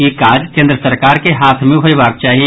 ई काज केन्द्र सरकार के हाथ मे होयबाक चाही